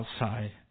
outside